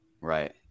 Right